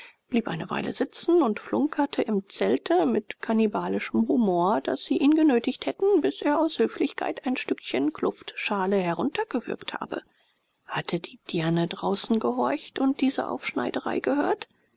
blieb eine weile sitzen und flunkerte im zelte mit kannibalischem humor daß sie ihn genötigt hätten bis er aus höflichkeit ein stückchen kluftschale heruntergewürgt habe hatte die dirne draußen gehorcht und diese aufschneiderei gehört